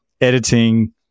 editing